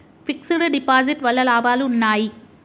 Fix డ్ deposit వల్ల లాభాలు ఉన్నాయి?